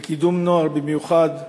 בקידום נוער במיוחד,